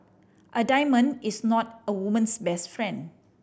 a diamond is not a woman's best friend